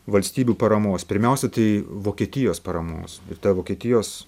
valstybių paramos pirmiausia tai vokietijos paramos ta vokietijos